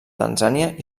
tanzània